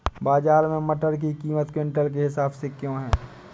बाजार में मटर की कीमत क्विंटल के हिसाब से क्यो है?